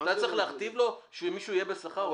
אתה צריך להכתיב לו שמישהו יהיה בשכר או לא?